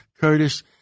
Curtis